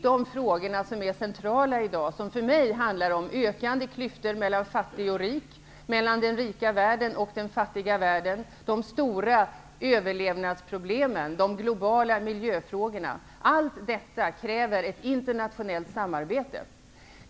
De frågor som är centrala i dag är för mig de som handlar om ökande klyftor mellan fattig och rik, mellan den rika världen och den fattiga världen, de stora överlevnadsproblemen, de globala miljöfrågorna. Allt detta kräver ett internationellt samarbete.